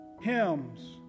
hymns